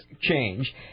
change